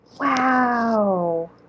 Wow